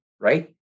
Right